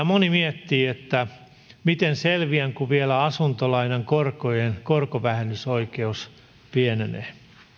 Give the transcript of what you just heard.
moni miettii miten selviää kun vielä asuntolainan korkojen korkovähennysoikeus pienenee